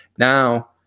Now